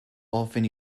often